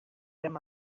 him